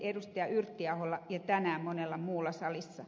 yrttiaholla ja tänään monella muulla salissa